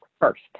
first